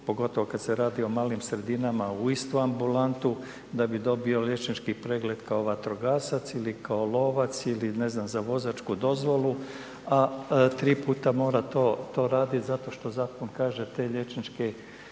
pogotovo kad se radi o malim sredinama u istu ambulantu da bi dobio liječnički pregled kao vatrogasac ili kao lovac, ili ne znam za vozačku dozvolu, a tri puta mora to radit zato što Zakon kaže ti liječnički